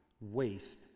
waste